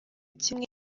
kimwe